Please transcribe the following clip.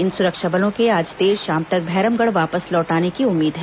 इन सुरक्षा बलों के आज देर शाम तक भैरमगढ़ वापस लौट आने की उम्मीद है